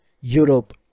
Europe